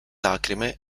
lacrime